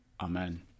amen